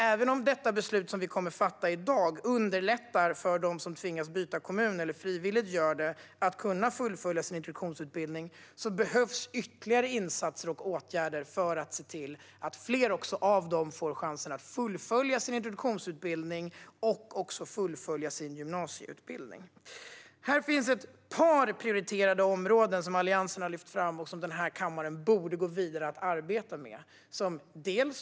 Även om det beslut som vi kommer att fatta i dag underlättar för dem som tvingas byta eller frivilligt byter kommun att kunna fullfölja sin introduktionsutbildning behövs ytterligare insatser och åtgärder för att fler av dem ska få en chans att fullfölja sin introduktionsutbildning och sin gymnasieutbildning. Alliansen har här lyft fram ett par prioriterade områden. Kammaren borde gå vidare och arbeta med dem.